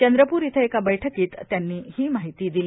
चंद्रपूर इथं एका बैठकीत यांनी ही माहिती दिली